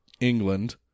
England